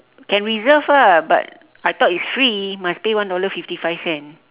can reserve ah but I thought it's free must pay one dollar fifty five cents